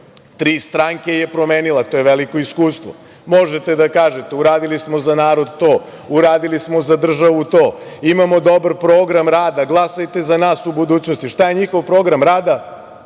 Tri stranke je promenila. To je veliko iskustvo. Možete da kažete – uradili smo za narod to, uradili smo za državu to, imamo dobar program rada, glasajte za nas u budućnosti. Šta je njihov programa rada